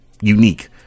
unique